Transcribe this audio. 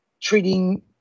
treating